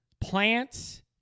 Plants